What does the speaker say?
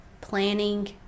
planning